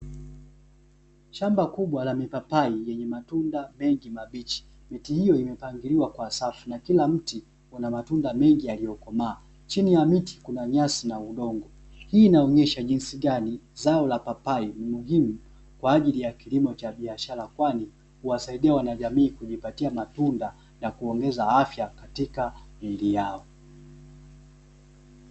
Shamba kubwa la mipapai lenye matunda mengi mabichi, miti hiyo imepangiliwa kwa safu na kila mti una matunda mengi yaliyokomaa. Chini ya miti kuna nyasi na udongo. Hii inaonyesha jinsi gani zao la papai ni muhimu kwa ajili ya kilimo cha biashara kwani, huwasaidia wanajamii kujipatia matunda na kuongeza afya katika miili yao.